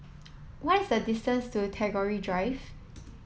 what is the distance to Tagore Drive